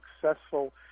successful